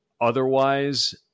otherwise